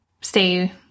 stay